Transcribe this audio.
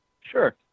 Sure